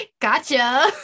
gotcha